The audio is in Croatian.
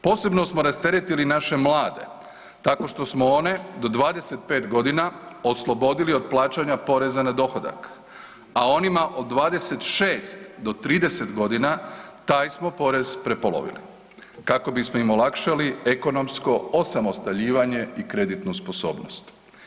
Posebno smo rasteretili naše mlade tako što smo one do 25 godina oslobodili od plaćanja poreza na dohodak, a onima od 26 do 30 godina taj smo porez prepolovili kako bismo im olakšali ekonomsko osamostaljivanje i kreditnu sposobnost.